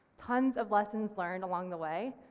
tons of lessons learned along the way,